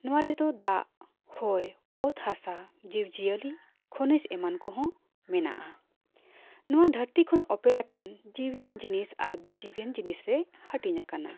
ᱱᱚᱣᱟ ᱨᱮᱫᱚ ᱫᱟᱜ ᱦᱚᱭ ᱚᱛ ᱦᱟᱥᱟ ᱡᱤᱵᱽ ᱡᱤᱭᱟᱹᱞᱤ ᱠᱷᱟᱱᱤᱡᱽ ᱮᱢᱟᱱ ᱠᱚᱦᱚᱸ ᱢᱮᱱᱟᱜᱼᱟ ᱱᱚᱣᱟ ᱫᱷᱟᱹᱨᱛᱤ ᱠᱷᱚᱱ ᱚᱯᱮᱞᱮᱠᱟᱱ ᱡᱤᱣᱤᱭᱟᱱ ᱡᱤᱱᱤᱥ ᱟᱨ ᱵᱮᱡᱤᱣᱤᱟᱱ ᱡᱤᱱᱤᱥ ᱨᱮ ᱦᱟᱹᱴᱤᱧ ᱟᱠᱟᱱᱟ